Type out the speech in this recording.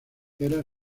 era